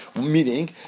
Meaning